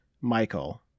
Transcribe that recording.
Michael